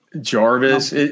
Jarvis